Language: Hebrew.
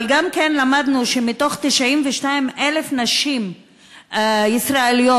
אבל גם למדנו שמ-92,000 נשים ישראליות